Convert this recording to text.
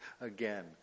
Again